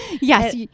Yes